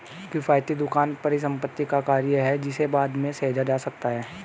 किफ़ायती दुकान परिसंपत्ति का कार्य है जिसे बाद में सहेजा जा सकता है